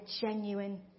genuine